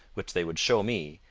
which they would show me,